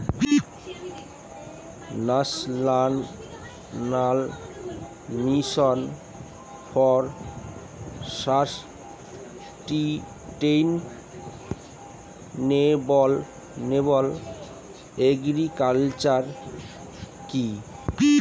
National mission for sustainable agriculture কি?